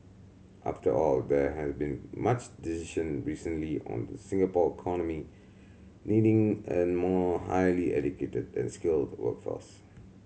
after all there has been much decision recently on the Singapore economy needing a more highly educated and skilled workforce